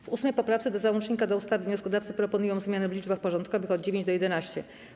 W 8. poprawce do załącznika do ustawy wnioskodawcy proponują zmiany w liczbach porządkowych od 9 do 11.